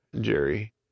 Jerry